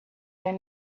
their